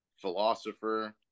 Philosopher